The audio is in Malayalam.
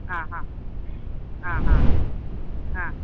ആ ഹാ ആ ഹാ ആ